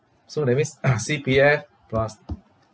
so that means C_P_F plus